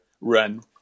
run